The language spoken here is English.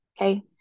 okay